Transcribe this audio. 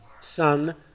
son